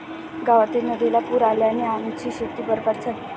गावातील नदीला पूर आल्याने आमची शेती बरबाद झाली